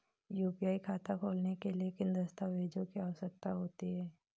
UPI खाता खोलने के लिए किन दस्तावेज़ों की आवश्यकता होती है?